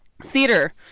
theater